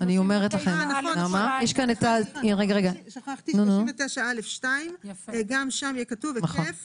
אני מייצג כאן את ארגון מד"ף, איגוד שמאגד